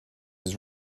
his